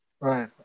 right